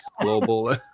Global